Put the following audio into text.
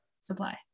supply